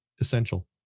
essential